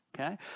Okay